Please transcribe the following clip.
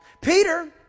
Peter